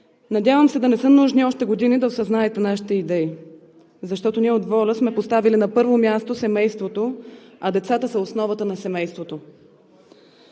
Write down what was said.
Надявам се да не са нужни още години да осъзнаете нашите идеи, защото ние от ВОЛЯ сме поставили на първо място семейството, а децата са основата на семейството.